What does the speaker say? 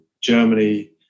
Germany